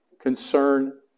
concern